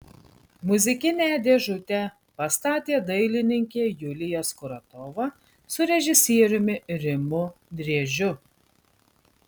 muzikinę dėžutę pastatė dailininkė julija skuratova su režisieriumi rimu driežiu